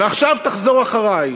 ועכשיו, תחזור אחרי: